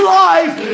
life